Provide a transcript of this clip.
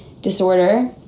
disorder